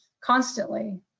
constantly